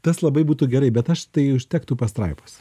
tas labai būtų gerai bet aš tai užtektų pastraipos